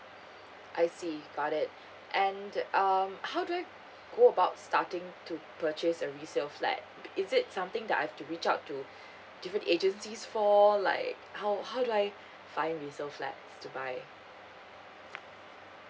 I see got it and um how do I go about starting to purchase a resale flat is it something that I've to reach out to different agencies for like how how do I find resale flat to buy